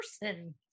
person